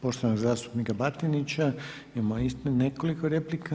Na poštovanog zastupnika Batinića imamo nekoliko replika.